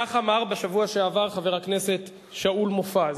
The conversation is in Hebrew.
כך אמר בשבוע שעבר חבר הכנסת שאול מופז.